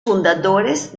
fundadores